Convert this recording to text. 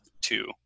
two